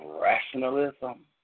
rationalism